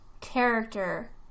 character